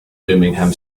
birmingham